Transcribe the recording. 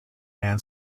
man